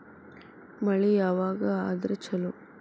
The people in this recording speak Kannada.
ಮಳಿ ಯಾವಾಗ ಆದರೆ ಛಲೋ?